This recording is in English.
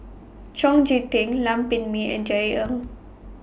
Chong Tze Chien Lam Pin Min and Jerry Ng